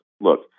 Look